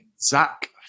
Zach